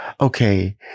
Okay